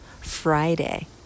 Friday